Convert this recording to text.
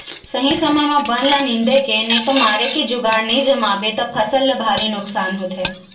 सही समे म बन ल निंदे के नइते मारे के जुगाड़ नइ जमाबे त फसल ल भारी नुकसानी होथे